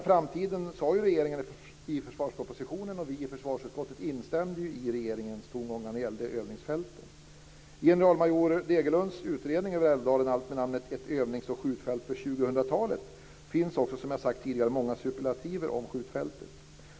Framtiden berörde regeringen i försvarspropositionen och vi i försvarsutskottet instämde i regeringens tongångar när det gällde övningsfälten. I generalmajor Degerlunds utredning om Älvdalen, med namnet Älvdalen - ett övnings och skjutfält för 2000-talet, finns också, som jag har sagt tidigare, många superlativer om skjutfältet.